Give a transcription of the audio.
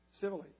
civilly